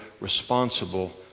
responsible